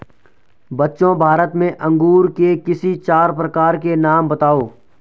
बच्चों भारत में अंगूर के किसी चार प्रकार के नाम बताओ?